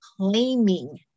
claiming